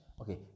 okay